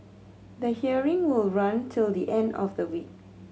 the hearing will run till the end of the week